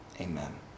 amen